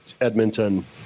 Edmonton